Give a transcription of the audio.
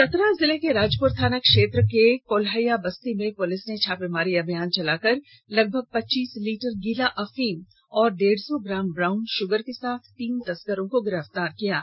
चतरा जिले के राजपुर थाना क्षेत्र के कोल्हैया बस्ती में पुलिस ने छापेमारी अभियान चलाकर लगभग पच्चीस लीटर गीला अफीम और डेढ़ सौ ग्राम ब्राउन शुगर के साथ तीन तस्करों को गिरफ्तार किया है